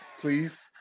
please